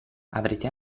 avrete